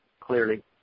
clearly